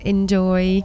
enjoy